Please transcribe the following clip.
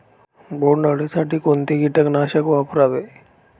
बोंडअळी साठी कोणते किटकनाशक वापरावे?